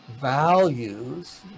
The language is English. values